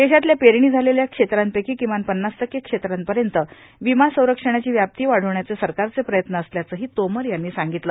देशातल्या पेरणी झालेल्या क्षेत्रापैकी किमान पन्नास टक्के क्षेत्रापर्यंत विमा संरक्षणाची व्याप्ती वाढवण्याचे सरकारचे प्रयत्न असल्याचंही तोमर यांनी सांगितलं